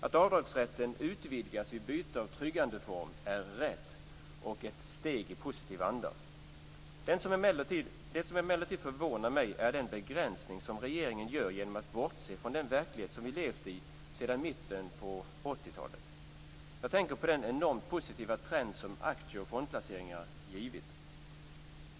Att avdragsrätten utvidgas vid byte av tryggandeform är rätt och ett steg i positiv anda. Det som emellertid förvånar mig är den begränsning som regeringen gör genom att bortse från den verklighet som vi levt i sedan mitten av 80-talet. Jag tänker på den enormt positiva trend som aktie och fondplaceringar givit.